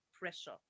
pressure